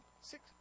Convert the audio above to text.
six